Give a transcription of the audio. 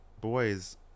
boys